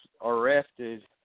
arrested